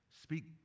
Speak